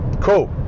cool